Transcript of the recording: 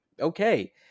okay